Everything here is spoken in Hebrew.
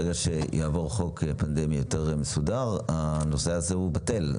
ברגע שיעבור חוק פנדמיות יותר מסודר הנושא הזה יבוטל,